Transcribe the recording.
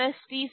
5 6